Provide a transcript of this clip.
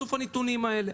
הנתונים האלה.